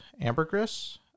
ambergris